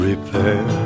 Repair